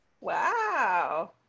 Wow